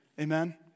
amen